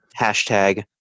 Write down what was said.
Hashtag